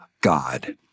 God